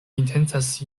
intencas